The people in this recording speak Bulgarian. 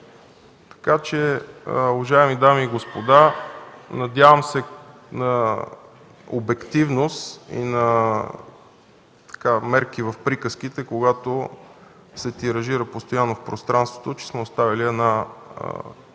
е готов. Уважаеми дами и господа, надявам се на обективност и на мярка в приказките, когато се тиражира постоянно в пространството, че сме оставили една